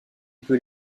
peut